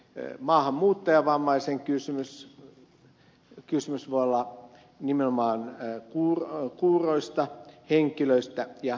se voi olla vammaisen maahanmuuttajan kysymys kysymys voi olla nimenomaan kuuroista henkilöistä ja niin edelleen